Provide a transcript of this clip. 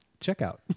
checkout